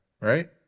right